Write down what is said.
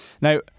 Now